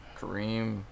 Kareem